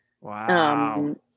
Wow